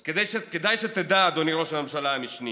אז כדאי שתדע, אדוני ראש הממשלה המשני,